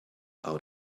out